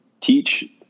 teach